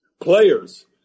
Players